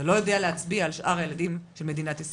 אתה לא יודע להצביע על שאר הילדים של מדינת ישראל.